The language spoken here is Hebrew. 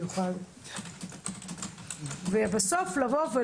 בסוף לומר: